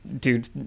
dude